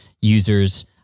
users